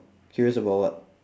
curious about what